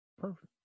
perfect